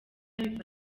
bifasha